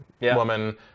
woman